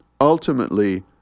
ultimately